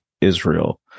Israel